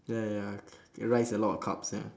ya ya ya c~ c~ your rice a lot of carbs ya